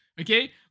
okay